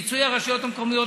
פיצוי הרשויות המקומיות,